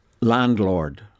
landlord